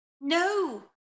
No